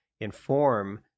inform